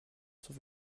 sont